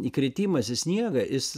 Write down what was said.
įkritimas į sniegą jis